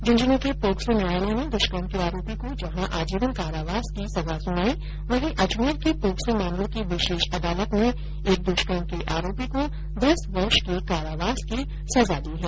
झुंझुनूं के पोक्सो न्यायालय ने दृष्कर्म के आरोपी को जहां आजीवन कारावास की सजा सुनाई वहीं अजमेर की पोक्सो मामलो की विशेष अदालत ने एक दुष्कर्म के आरोपी को दस वर्ष के कारावास की सजा दी है